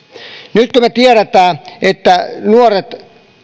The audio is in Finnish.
nyt kun me tiedämme että nuoret